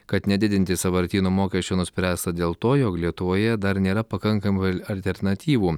kad nedidinti sąvartyno mokesčio nuspręsta dėl to jog lietuvoje dar nėra pakankamai alternatyvų